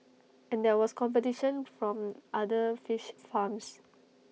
and there was competition from other fish farms